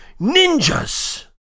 ninjas